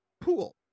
pool